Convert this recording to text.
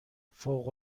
فوق